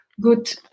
good